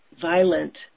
violent